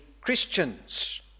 Christians